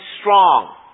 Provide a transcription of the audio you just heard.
strong